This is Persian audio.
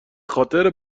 خاطر